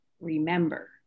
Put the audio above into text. remember